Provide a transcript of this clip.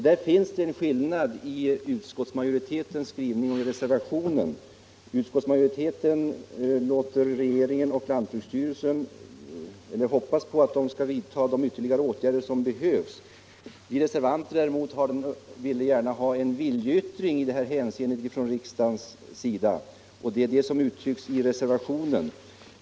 Där finns en skillnad mellan utskottsmajoritetens skrivning och reservationen. Majoriteten hoppas på att regeringen och lantbruksstyrelsen skall vidta de ytterligare åtgärder som behövs. Vi reservanter däremot vill gärna ha en viljeyttring i detta hänseende från riksdagens sida, och det uttrycks i reservationen.